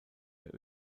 der